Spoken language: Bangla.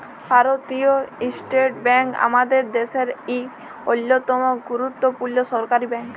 ভারতীয় ইস্টেট ব্যাংক আমাদের দ্যাশের ইক অল্যতম গুরুত্তপুর্ল সরকারি ব্যাংক